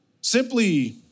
Simply